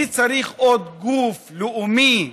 מי צריך עוד גוף לאומי שמאגד,